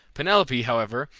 penelope, however,